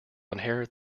inherit